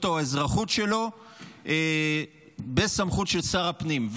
או האזרחות שלו בסמכות של שר הפנים.